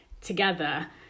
together